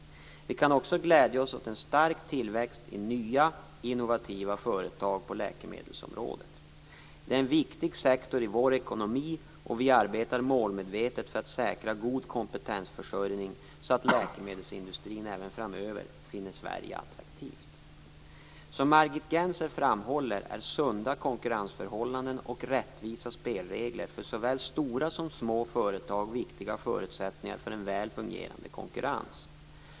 Vi kan också glädja oss åt en stark tillväxt av nya innovativa företag på läkemedelsområdet. De är en viktig sektor i vår ekonomi, och vi arbetar målmedvetet för att säkra god kompetensförsörjning så att läkemedelsindustrin även framöver finner Sverige attraktivt. Som Margit Gennser framhåller är sunda konkurrensförhållanden och rättvisa spelregler för såväl stora som små företag viktiga förutsättningar för en väl fungerande konkurrens.